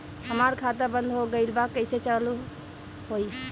हमार खाता बंद हो गइल बा कइसे चालू होई?